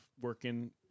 working